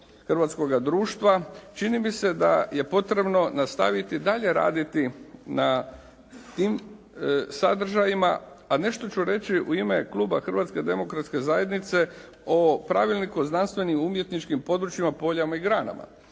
hrvatskoga društva čini mi se da je potrebno nastaviti dalje raditi na tim sadržajima. A nešto ću reći u ime kluba Hrvatske demokratske zajednice o Pravilniku o znanstvenim i umjetničkim područjima, poljima i granama.